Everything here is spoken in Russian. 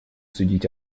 судить